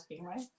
right